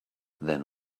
then